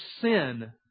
sin